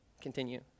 Continue